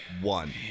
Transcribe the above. one